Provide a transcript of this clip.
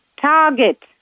target